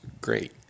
great